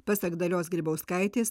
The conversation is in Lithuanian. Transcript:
pasak dalios grybauskaitės